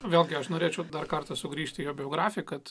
vėlgi aš norėčiau dar kartą sugrįžti į jo biografiją kad